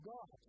God